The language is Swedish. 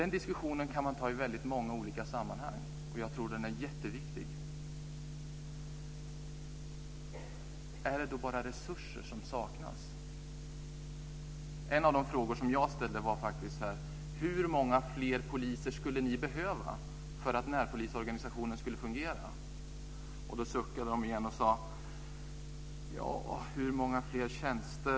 Den diskussionen kan man ta i väldigt många olika sammanhang. Jag tror att den är jätteviktig. Är det då bara resurser som saknas? En av de frågor jag ställde var: Hur många fler poliser skulle ni behöva för att närpolisorganisationen skulle fungera? Då suckade de igen och sade: Ja, hur många fler tjänster .